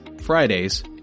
Fridays